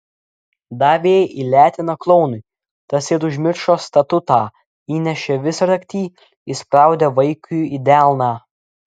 davė į leteną klounui tas ir užmiršo statutą įnešė visraktį įspraudė vaikiui į delną